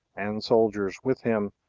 and soldiers with him,